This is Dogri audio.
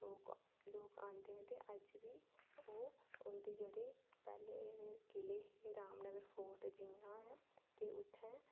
लोक लोक औंदे ने ते अज्ज बी ओह् उं'दे जेह्ड़े पैह्ले किले हे रामनगर फोर्ट जि'यां ऐ ते उत्थै